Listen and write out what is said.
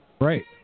Right